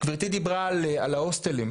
גברתי דיברה על ההוסטלים,